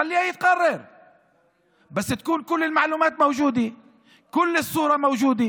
סעיף 144ו לחוק העונשין זה הסעיף שמבסס מניע גזעני,